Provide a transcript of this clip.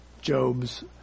Job's